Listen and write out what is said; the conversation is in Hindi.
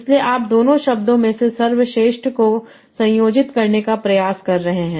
इसलिए आप दोनों शब्दों में से सर्वश्रेष्ठ को संयोजित करने का प्रयास कर रहे हैं